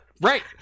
Right